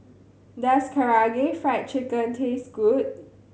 does Karaage Fried Chicken taste good